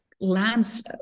lands